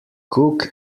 cook